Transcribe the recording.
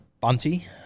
Bunty